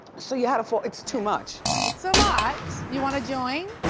so you had a full, it's too much. it's a lot, you wanna join?